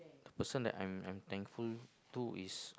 the person that I'm I'm thankful to is